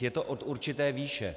Je to od určité výše.